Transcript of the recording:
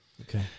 okay